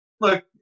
Look